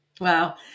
Wow